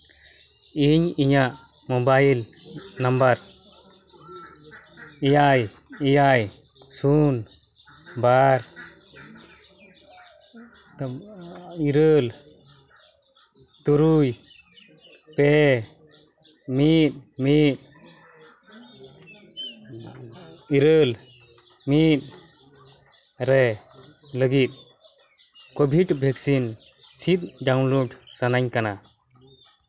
ᱤᱧ ᱤᱧᱟᱹᱜ mobile number ᱮᱭᱟᱭ ᱮᱭᱟᱭ ᱥᱩᱱ ᱵᱟᱨ ᱤᱨᱟᱹᱞ ᱛᱩᱨᱩᱭ ᱯᱮ ᱢᱤᱫ ᱢᱤᱫ ᱤᱨᱟᱹᱞ ᱢᱤᱫ ᱨᱮ ᱞᱟᱹᱜᱤᱫ ᱠᱳᱵᱷᱤᱰ ᱵᱷᱮᱠᱥᱤᱱ ᱥᱤᱫᱽ ᱰᱟᱣᱩᱱᱞᱳᱰ ᱥᱟᱱᱟᱧ ᱠᱟᱱᱟ